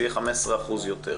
זה יהיה 15% יותר.